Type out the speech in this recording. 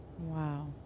Wow